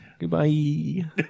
goodbye